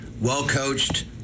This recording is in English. well-coached